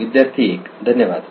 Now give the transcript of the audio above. विद्यार्थी 1 धन्यवाद